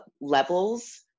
levels